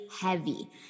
heavy